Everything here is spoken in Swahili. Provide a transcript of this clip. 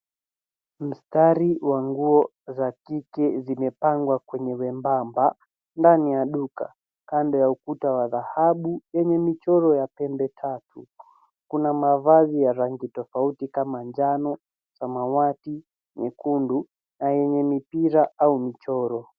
Mstari wa nguo za kike zimepangwa kwenye wembamba ndani ya duka kando ya ukuta wa dhahabu yenye michoro ya pembe tatu. Kuna mavazi ya rangi tofauti kama njano, samawati, nyekundu na yenye mipira au michoro.